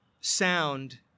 sound